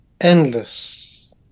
Endless